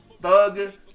Thug